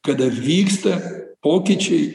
kada vyksta pokyčiai